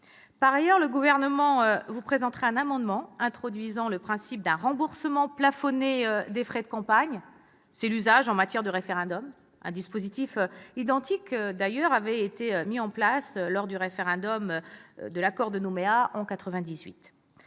Par ailleurs, le Gouvernement vous présentera un amendement visant à introduire le principe d'un remboursement plafonné des frais de campagne. C'est l'usage en matière de référendum. Un dispositif identique avait d'ailleurs été mis en place pour le référendum sur l'accord de Nouméa en 1998.